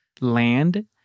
land